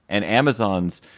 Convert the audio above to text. and amazon's.